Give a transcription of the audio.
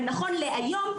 נכון להיום,